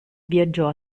viaggiò